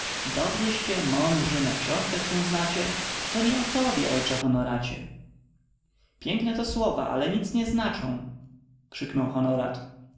mają dobrzyście mądrzy na xiążkach się znacie to nie o tobie ojcze honoracie piękneto słowa ale nic nie znaczą krzyknął honorat